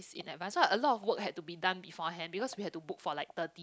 in advance so a lot of work had to be done beforehand because we have to book for thirty